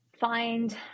find